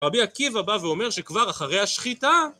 רבי עקיבא בא ואומר שכבר אחרי השחיטה...